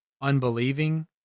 unbelieving